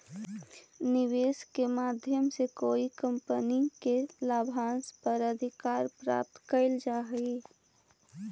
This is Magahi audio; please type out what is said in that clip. निवेश के माध्यम से कोई कंपनी के लाभांश पर अधिकार प्राप्त कैल जा हई